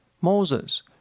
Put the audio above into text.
Moses